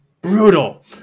Brutal